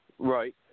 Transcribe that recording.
Right